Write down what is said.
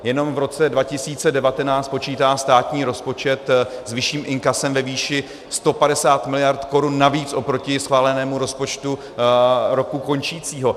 Jenom v roce 2019 počítá státní rozpočet s vyšším inkasem ve výši 150 mld. korun navíc oproti schválenému rozpočtu roku končícího.